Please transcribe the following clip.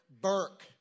Burke